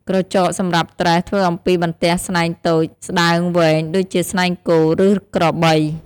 ក្រចកសម្រាប់ត្រេះធ្វើអំពីបន្ទះស្នែងតូច ស្ដើងវែង ដូចជាស្នែងគោ ឬក្របី។